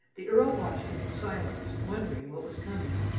the earl watched him in silence, wondering what was coming.